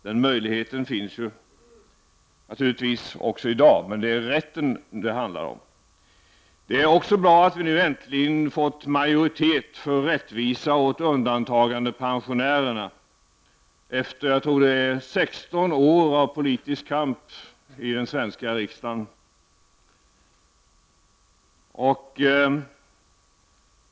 Den möjligheten finns redan i dag, men det är rätten det nu handlar om. Det är bra att vi nu äntligen fått majoritet för att ge rättvisa åt undantagandepensionärerna efter 16 års politisk kamp i den svenska riksdagen.